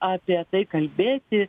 apie tai kalbėti